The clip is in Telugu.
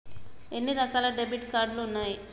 ఎన్ని రకాల డెబిట్ కార్డు ఉన్నాయి?